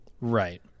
Right